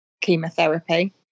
chemotherapy